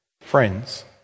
Friends